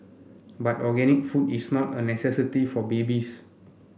but organic food is not a necessity for babies